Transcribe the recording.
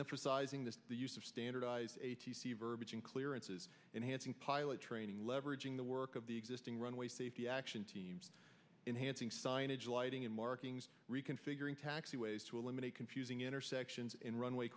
emphasizing the use of standardized a t c verbiage and clearances and hansen pilot training leveraging the work of the existing runway safety action teams in hansing signage lighting in markings reconfiguring taxi ways to eliminate confusing intersections in runway